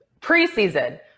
preseason –